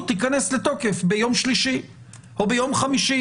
תיכנס לתוקף ביום שלישי או ביום חמישי.